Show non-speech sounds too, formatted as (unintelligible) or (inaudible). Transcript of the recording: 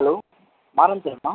hello (unintelligible)